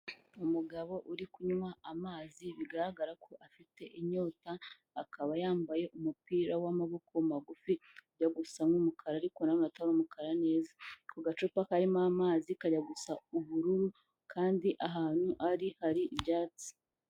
Umugabo uri kunywa amazi, bigaragara ko afite inyota, akaba yambaye umupira w'amaboko magufi, ujya gusa nk'umukara ariko na none atari umukara neza. Ako gacupa karimo amazi kajya gusa ubururu kandi ahantu ari hari ibyatsi.